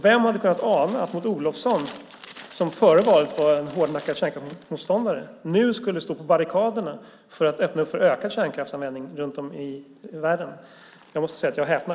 Vem hade kunnat ana att Maud Olofsson som före valet var en hårdnackad kärnkraftsmotståndare nu skulle stå på barrikaderna för att öppna för ökad kärnkraftsanvändning runt om i världen? Jag måste säga att jag häpnar.